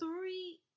three